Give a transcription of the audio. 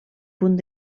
punt